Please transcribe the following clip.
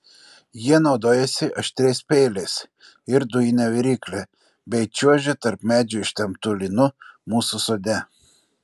jie naudojasi aštriais peiliais ir dujine virykle bei čiuožia tarp medžių ištemptu lynu mūsų sode